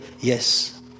Yes